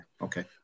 Okay